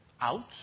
Out